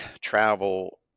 travel